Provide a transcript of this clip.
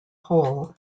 hole